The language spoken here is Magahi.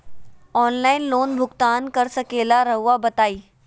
ऑनलाइन लोन भुगतान कर सकेला राउआ बताई?